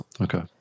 Okay